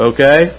Okay